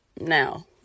now